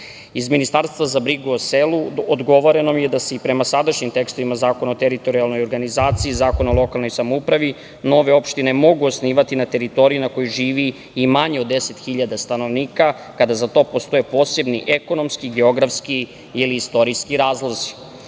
Ministarstva za brigu o selu odgovoreno mi je da se i prema sadašnjim tekstovima Zakona o teritorijalnoj organizaciji i Zakona o lokalnoj samoupravi nove opštine mogu osnivati na teritoriji na kojoj živi i manje od 10.000 stanovnika kada za to postoje posebni ekonomski, geografski ili istorijski razlozi. Iz